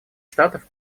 штатов